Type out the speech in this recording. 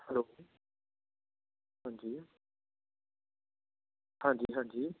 hello ਹਾਂਜੀ ਹਾਂਜੀ ਹਾਂਜੀ